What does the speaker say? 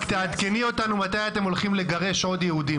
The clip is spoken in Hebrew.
רק תעדכני אותנו מתי אתם הולכים לגרש עוד יהודים,